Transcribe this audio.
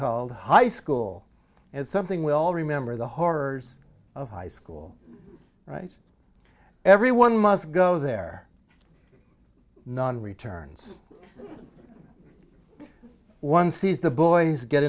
called high school and something we all remember the horrors of high school right everyone must go there non returns one sees the boys get